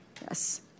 Yes